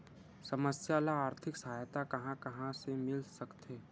समस्या ल आर्थिक सहायता कहां कहा ले मिल सकथे?